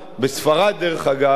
דרך אגב,